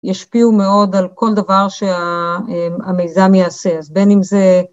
ישפיעו מאוד על כל דבר שהמיזם יעשה, אז בין אם זה